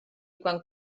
quan